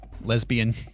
lesbian –